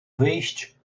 wyjść